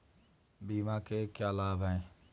बीमा के क्या लाभ हैं?